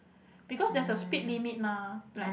because there's a speed limit mah like